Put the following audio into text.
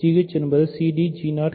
gh என்பது cd ஆகும்